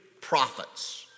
prophets